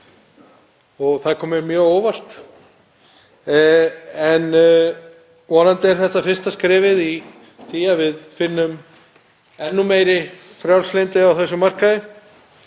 og það kom mér mjög á óvart. En vonandi er þetta fyrsta skrefið í því að við finnum fyrir meira frjálslyndi á þessum markaði